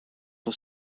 for